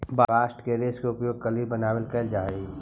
bast के रेश के उपयोग कालीन बनवावे ला कैल जा हई